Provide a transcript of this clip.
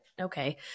Okay